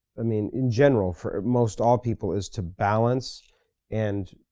i mean, in general for most all people is to balance and